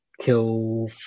kill